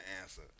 answer